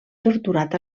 torturat